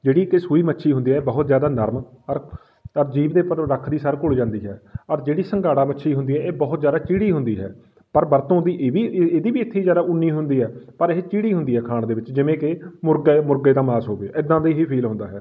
ਜਿਹੜੀ ਕਿ ਸੂਈ ਮੱਛੀ ਹੁੰਦੀ ਹੈ ਬਹੁਤ ਜ਼ਿਆਦਾ ਨਰਮ ਅਰਪ ਔਰ ਜੀਭ ਦੇ ਉੱਪਰ ਰੱਖਦੀ ਸਾਰ ਘੁਲ ਜਾਂਦੀ ਹੈ ਔਰ ਜਿਹੜੀ ਸੰਘਾੜਾ ਮੱਛੀ ਹੁੰਦੀ ਹੈ ਇਹ ਬਹੁਤ ਜ਼ਿਆਦਾ ਚੀੜੀ ਹੁੰਦੀ ਹੈ ਪਰ ਵਰਤੋਂ ਦੀ ਇਹ ਵੀ ਇਹਦੀ ਵੀ ਇੱਥੀ ਜ਼ਿਆਦਾ ਉਨੀ ਹੁੰਦੀ ਹੈ ਪਰ ਇਹ ਚੀੜੀ ਹੁੰਦੀ ਹੈ ਖਾਣ ਦੇ ਵਿੱਚ ਜਿਵੇਂ ਕਿ ਮੁਰਗਾ ਹੈ ਮੁਰਗੇ ਦਾ ਮਾਸ ਹੋ ਗਿਆ ਇੱਦਾਂ ਦੇ ਹੀ ਫੀਲ ਹੁੰਦਾ ਹੈ